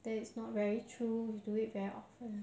then it's not very true do it very often